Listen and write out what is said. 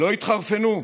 שלא יתחרפנו?